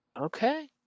Okay